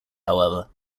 however